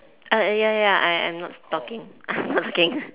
err ya ya I I'm not talking I'm not talking